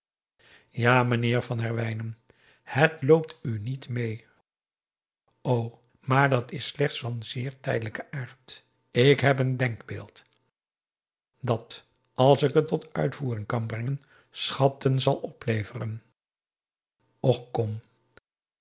ja meneer van herwijnen het loopt u niet meê o maar dat is slechts van zeer tijdelijken aard ik heb een denkbeeld dat als ik het tot uitvoering kan brengen schatten zal opleveren och kom